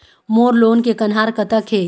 मोर loan के कन्हार कतक हे?